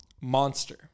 monster